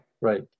Right